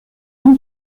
nom